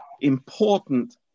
important